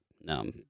no